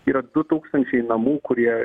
yra du tūkstančiai namų kurie